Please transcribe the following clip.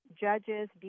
judges